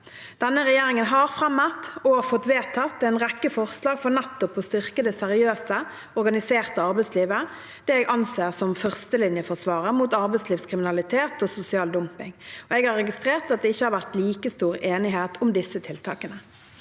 Denne regjeringen har fremmet, og fått vedtatt, en rekke forslag for nettopp å styrke det seriøse, organiserte arbeidslivet, det jeg anser som førstelinjeforsvaret mot arbeidslivskriminalitet og sosial dumping. Jeg har registrert at det ikke har vært like stor enighet om disse tiltakene.